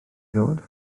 ddod